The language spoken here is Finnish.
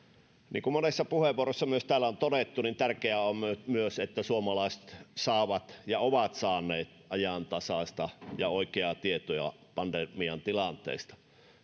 niin kuin monessa puheenvuorossa myös täällä on todettu tärkeää on myös myös että suomalaiset saavat ja ovat saaneet ajantasaista ja oikeaa tietoa pandemian tilanteesta